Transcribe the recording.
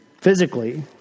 physically